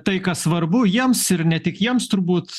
tai kas svarbu jiems ir ne tik jiems turbūt